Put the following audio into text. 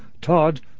Todd